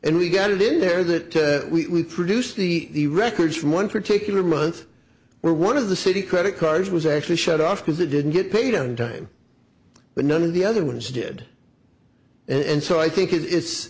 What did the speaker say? and we got it in there that we produced the records from one particular month where one of the city credit cards was actually shut off because it didn't get paid on time but none of the other ones did and so i think it's